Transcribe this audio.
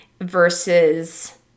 versus